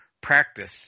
practice